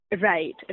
Right